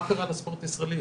מה קרה לספורט הישראלי,